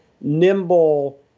nimble